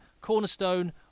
cornerstone